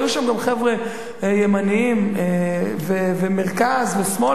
היו שם גם חבר'ה ימנים ומרכז ושמאל